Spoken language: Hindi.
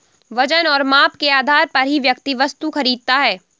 वजन और माप के आधार पर ही व्यक्ति वस्तु खरीदता है